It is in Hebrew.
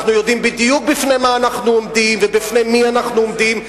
אנחנו יודעים בדיוק בפני מה אנחנו עומדים ובפני מי אנחנו עומדים,